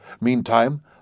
Meantime